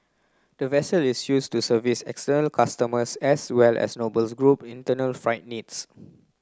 the vessel is use to service external customers as well as Nobles Group internal freight needs